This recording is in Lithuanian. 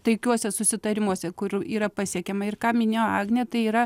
tokiuose susitarimuose kurių yra pasiekiama ir ką minėjo agnė tai yra